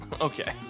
Okay